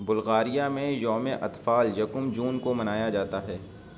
Bulgaria میں یومِ اِطفال یکم جون کو منایا جاتا ہے